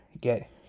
get